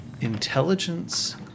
intelligence